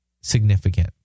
significant